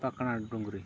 ᱯᱟᱠᱬᱟ ᱰᱩᱝᱨᱤ